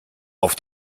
auf